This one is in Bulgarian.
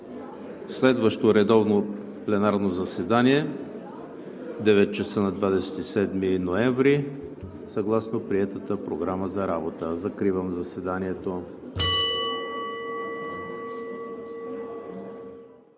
следващо редовно пленарно заседание – 9,00 ч., 27 ноември 2020 г., съгласно приетата Програма за работа. Закривам заседанието.